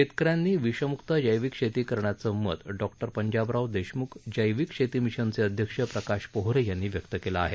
शेतकऱ्यांनी विषम्क्त जैविक शेती करण्याचं मत डॉक्टर पंजाबराव देशम्ख जैविक शेती मिशनचे अध्यक्ष प्रकाश पोहरे यांनी व्यक्त केलं आहे